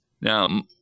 now